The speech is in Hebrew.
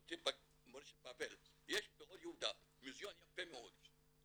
מורשת בבל, יש באור יהודה מוזיאון יפה מאוד.